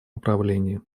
управлении